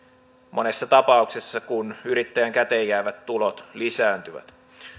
monessa tapauksessa kun yrittäjän käteenjäävät tulot lisääntyvät